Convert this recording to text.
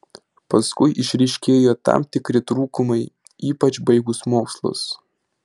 paskui išryškėjo tam tikri trūkumai ypač baigus mokslus